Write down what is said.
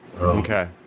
Okay